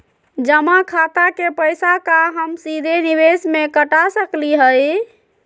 जमा खाता के पैसा का हम सीधे निवेस में कटा सकली हई?